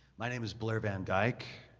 my name is blair van dyke.